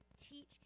teach